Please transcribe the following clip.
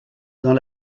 dans